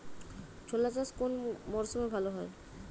ছোলা চাষ কোন মরশুমে ভালো হয়?